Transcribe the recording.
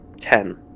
Ten